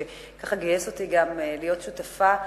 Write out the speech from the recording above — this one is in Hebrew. ושגייס גם אותי להיות שותפה,